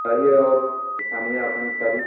आइए और परेशानियाँ अपनी सारी